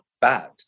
bad